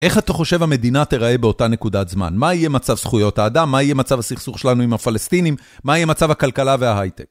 איך אתה חושב המדינה תראה באותה נקודת זמן? מה יהיה מצב זכויות האדם? מה יהיה מצב הסכסוך שלנו עם הפלסטינים? מה יהיה מצב הכלכלה וההייטק?